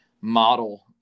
model